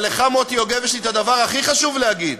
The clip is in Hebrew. אבל לך, מוטי יוגב, יש לי הדבר הכי חשוב להגיד.